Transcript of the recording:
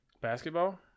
basketball